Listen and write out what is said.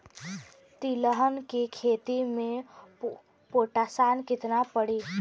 तिलहन के खेती मे पोटास कितना पड़ी?